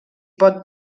pot